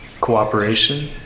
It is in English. cooperation